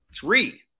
Three